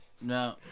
No